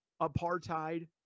apartheid